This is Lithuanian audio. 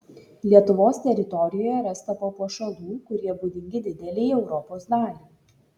lietuvos teritorijoje rasta papuošalų kurie būdingi didelei europos daliai